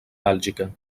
bèlgica